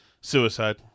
suicide